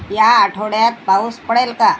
ह्या आठवड्यात पाऊस पडेल का